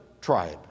tribe